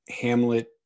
Hamlet